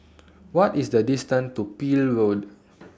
What IS The distance to Peel Road